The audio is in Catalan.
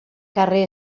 carrer